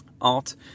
art